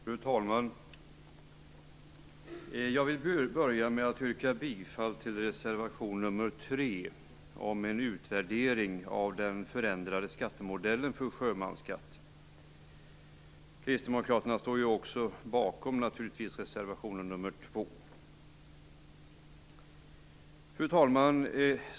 Fru talman! Jag vill börja med att yrka bifall till reservation nr 3 om en utvärdering av den förändrade skattemodellen för sjömansskatt. Kristdemokraterna står naturligtvis också bakom reservation nr 2. Fru talman!